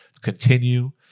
continue